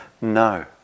no